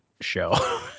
show